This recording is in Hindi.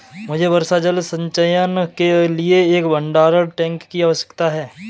मुझे वर्षा जल संचयन के लिए एक भंडारण टैंक की आवश्यकता है